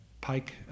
pike